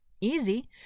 easy